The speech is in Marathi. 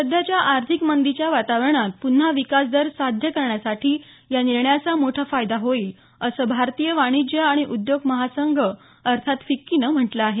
सध्याच्या आर्थिक मंदीच्या वातावरणात पुन्हा विकास दर साध्य करण्यासाठी या निर्णयाचा मोठा फायदा होईल असं भारतीय वाणिज्य आणि उद्योग महासंघ अर्थात फिक्कीनं म्हटलं आहे